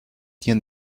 dir